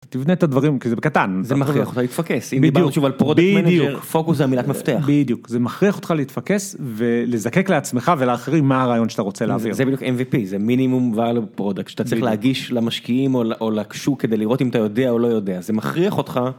תבנה את הדברים בקטן זה מכריח אותך להתפקס בדיוק בדיוק פוקוס זה המילת מפתח בדיוק זה מכריח אותך להתפקס ולזקק לעצמך ולאחרים מה הרעיון שאתה רוצה להביא זה בדיוק M.V.P.זה מינימום, ועל, פרודקס, אתה צריך להגיש למשקיעים או לשוק כדי לראות אם אתה יודע או לא יודע זה מכריח אותך.